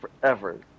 forever